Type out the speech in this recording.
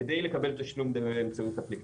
כדי לקבל תשלום באמצעות אפליקציה.